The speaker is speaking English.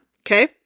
Okay